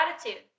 attitude